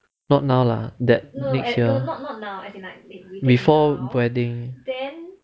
not lah that next year before wedding